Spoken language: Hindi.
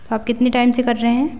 तो आप कितनी टाइम से कर रहे हैं